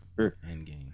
Endgame